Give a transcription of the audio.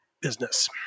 business